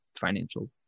financial